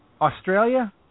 Australia